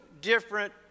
different